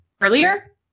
earlier